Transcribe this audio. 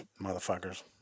motherfuckers